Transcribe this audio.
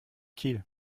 kiel